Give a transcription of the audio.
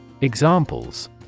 Examples